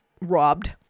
robbed